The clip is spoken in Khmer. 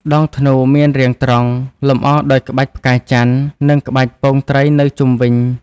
ដងធ្នូមានរាងត្រង់ លម្អដោយក្បាច់ផ្កាច័ន្ទ និងក្បាច់ពងត្រីនៅជុំវិញ។